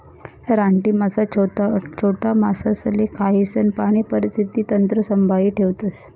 रानटी मासा छोटा मासासले खायीसन पाणी परिस्थिती तंत्र संभाई ठेवतस